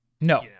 No